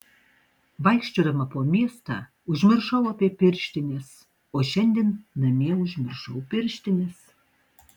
vaikščiodama po miestą užmiršau apie pirštines o šiandien namie užmiršau pirštines